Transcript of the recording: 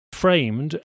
framed